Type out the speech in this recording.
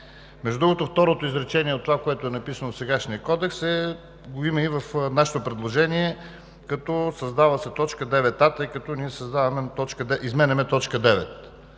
Между другото, второто изречение от това, което е написано в сегашния Кодекс, го има и в нашето предложение, като: „Създава се т. 9а“, тъй като ние изменяме т. 9.